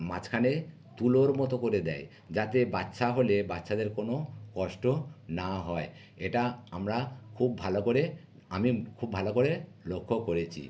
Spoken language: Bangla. মাঝখানে তুলোর মতো করে দেয় যাতে বাচ্চা হলে বাচ্চাদের কোনো কষ্ট না হয় এটা আমরা খুব ভালো করে আমি খুব ভালো করে লক্ষ্য করেছি